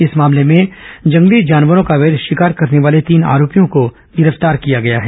इस मामले में जंगली जानवरों का ॅअवैध शिकार करने वाले तीन आरोपियों को गिरफ्तार किया गया है